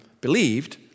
believed